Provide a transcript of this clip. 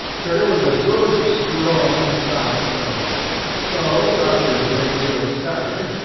twigger was a good strong, stout fellow so, after a great deal of staggering,